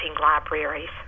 libraries